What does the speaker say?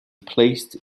placed